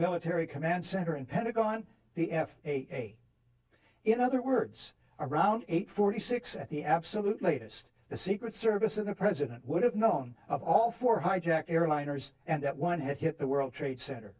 military command center and pentagon the f a in other words around eight forty six at the absolutely just the secret service and the president would have known of all four hijacked airliners and that one had hit the world trade center